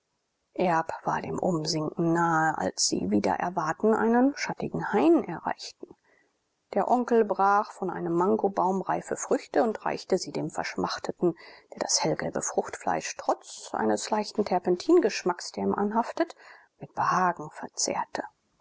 erb war dem umsinken nahe als sie wider erwarten einen schattigen hain erreichten der onkel brach von einem mangobaum reife früchte und reichte sie dem verschmachteten der das hellgelbe fruchtfleisch trotz eines leichten terpentingeschmacks der ihm anhaftet mit behagen verzehrte